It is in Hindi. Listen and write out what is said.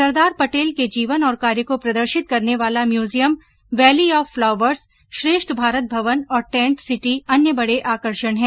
सरदार पटेलके जीवन और कार्य को प्रदर्शित करने वाला museum valley of flowers Shreshtha Bharat Bhawan और टेंट सिटी अन्य बड़े आकर्षण हैं